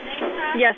Yes